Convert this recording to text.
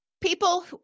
People